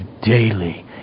daily